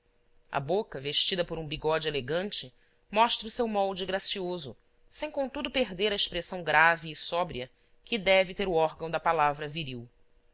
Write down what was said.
a boca vestida por um bigode elegante mostra o seu molde gracioso sem contudo perder a expressão grave e sóbria que deve ter o órgão da palavra viril